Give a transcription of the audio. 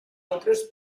otros